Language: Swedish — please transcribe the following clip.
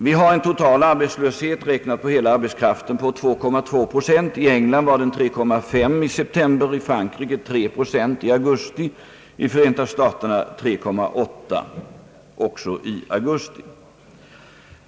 Vi har en total arbetslöshet, räknat på hela arbetskraften, av 2,2 procent, I England var den 3,5 procent i september, i Frankrike 3 procent i augusti och i Förenta staterna 3,8 procent under sistnämnda månad.